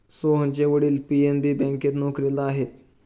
सोहनचे वडील पी.एन.बी बँकेत नोकरीला आहेत